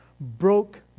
broke